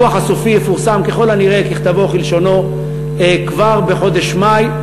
הדוח הסופי יפורסם ככל הנראה ככתבו וכלשונו כבר בחודש מאי,